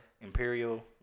Imperial